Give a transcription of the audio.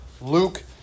Luke